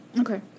Okay